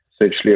essentially